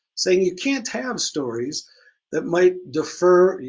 saying you can't have stories that might defer,